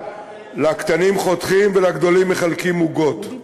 לקטנים חותכים ולגדולים מחלקים עוגות.